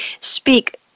speak